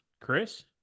Chris